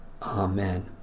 Amen